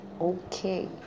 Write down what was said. okay